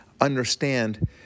understand